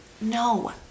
No